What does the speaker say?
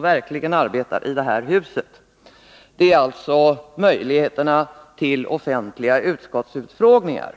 verkligen arbetar i detta hus. Det gäller alltså möjligheterna till offentliga utskottsutfrågningar.